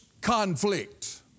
conflict